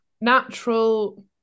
natural